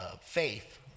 faith